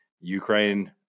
Ukraine